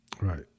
right